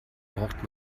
braucht